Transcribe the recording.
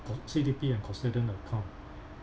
cu~ C_D_P and custodian account